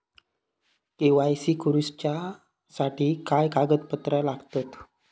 KYC करूच्यासाठी काय कागदपत्रा लागतत?